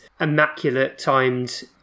immaculate-timed